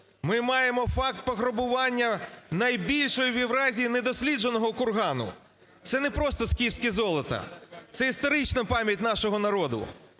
Ми маємо факт пограбування найбільшої в Євразії недослідженого кургану. Це не просто скіфське золото, це історична пам'ять нашого народу.